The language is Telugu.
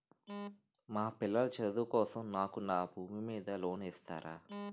మా పిల్లల చదువు కోసం నాకు నా భూమి మీద లోన్ ఇస్తారా?